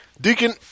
Deacon